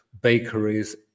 bakeries